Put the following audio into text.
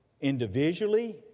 individually